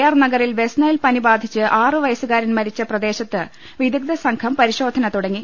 R നഗറിൽ വെസ്റ്റ്നൈൽ പനിബാധിച്ച് ആറു വയ സുകാരൻ മരിച്ച പ്രദേശത്ത് വിദഗ്ധസംഘം പരിശോധന തുടങ്ങി